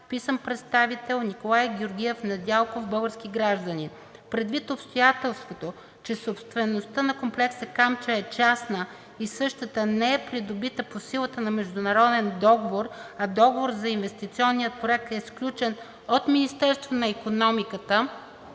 вписан представител – Николай Георгиев Недялков, български гражданин. Предвид обстоятелството, че собствеността на комплекса „Камчия“ е частна и същата не е придобита по силата на международен договор, а договорът за инвестиционния проект е сключен от Министерството на икономиката,